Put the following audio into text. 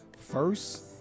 first